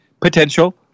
potential